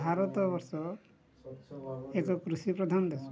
ଭାରତବର୍ଷ ଏକ କୃଷି ପ୍ରଧାନ ଦେଶ